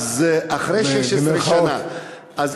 אחרי 16 שנה.